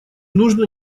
нужно